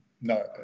No